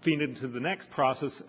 feed into the next process